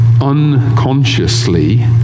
unconsciously